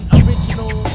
original